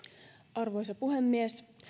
arvoisa puhemies